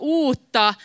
uutta